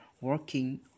working